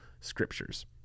scriptures